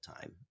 time